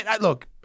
look